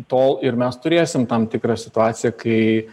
tol ir mes turėsim tam tikrą situaciją kai